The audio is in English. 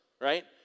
right